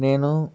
నేను